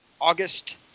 August